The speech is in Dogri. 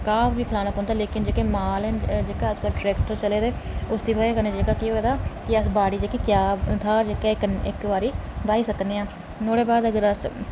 घाऽ बी खलाना पौंदा लेकिन जेह्के माल न जेह्के अज्जकल ट्रैक्टर चले दे उसदी बजह कन्नै केह् होए दा कि अस बाड़ी जेह्की क्या थाह्र जेह्के इक्क बारी बाही सकने आं नुहाड़े बाद अगर अस